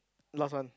last one